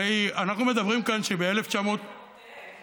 הרי אנחנו מדברים כאן, ממשלות ישראל לדורותיהן.